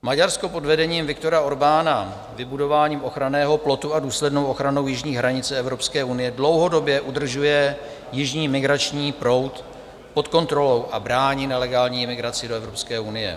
Maďarsko pod vedením Viktora Orbána vybudováním ochranného plotu a důslednou ochranou jižní hranice Evropské unie dlouhodobě udržuje jižní migrační proud pod kontrolou a brání nelegální imigraci do Evropské unie.